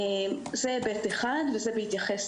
זה היבט אחד וזה בהתייחס